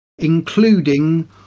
including